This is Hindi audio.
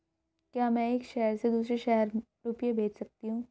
क्या मैं एक शहर से दूसरे शहर रुपये भेज सकती हूँ?